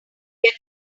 get